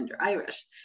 Irish